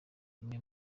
imwe